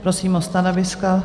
Prosím o stanoviska.